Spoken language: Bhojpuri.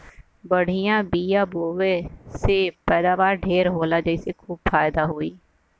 बढ़िया बिया बोवले से पैदावार ढेर होला जेसे खूब फायदा होई